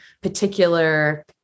particular